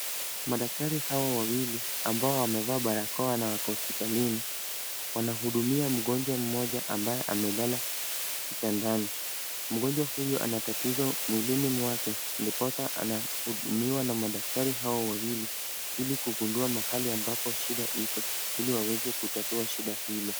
Madaktari hawa wawili ambao wamevaa barakoa na wako hospitalini. wanahudumia mgonjwa mmoja ambaye amelala kitandani. Mgonjwa huyu ana tatizo mwilini mwake, ndiposa anahudumiwa na madaktari hawa wawili, ili kugundua mahali ambapo shida iko, ili waweze kutatua shida hiyo.